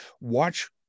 Watch